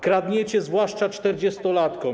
Kradniecie zwłaszcza czterdziestolatkom.